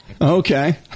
Okay